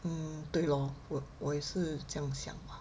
嗯对咯我也是这样想 lah